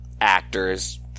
actors